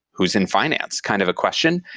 whose in finance? kind of question,